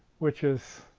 which is,